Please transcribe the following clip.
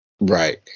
Right